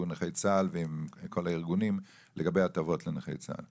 נכי צה"ל ועם כל הארגונים לגבי הטבות לנכי צה"ל.